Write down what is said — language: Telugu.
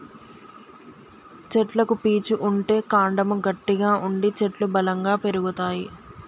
చెట్లకు పీచు ఉంటే కాండము గట్టిగా ఉండి చెట్లు బలంగా పెరుగుతాయి